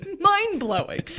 mind-blowing